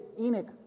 Enoch